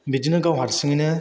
बिदिनो गाव हारसिङैनो